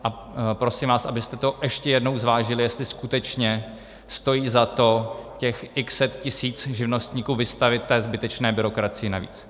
A prosím vás, abyste to ještě jednou zvážili, jestli skutečně stojí za to těch x set tisíc živnostníků vystavit té zbytečné byrokracii navíc.